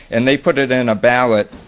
and they put it in a ballot.